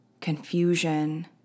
confusion